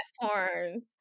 platforms